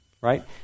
right